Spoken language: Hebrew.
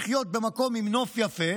לחיות במקום עם נוף יפה,